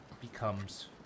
becomes